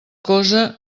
cosa